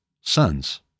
sons